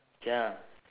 ya